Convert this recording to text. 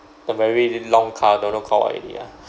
the very long car don't know call what already ah